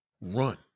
run